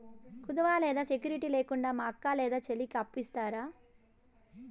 కుదువ లేదా సెక్యూరిటి లేకుండా మా అక్క లేదా చెల్లికి అప్పు ఇస్తారా?